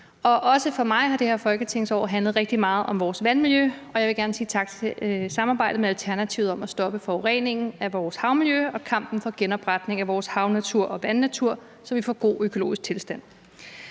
Også for mig har det her folketingsår handlet rigtig meget om vores vandmiljø, og jeg vil gerne sige tak for samarbejdet med Alternativet om at stoppe forureningen af vores havmiljø og kampen for genopretning af vores havnatur og vandnatur, så vi får en god økologisk tilstand.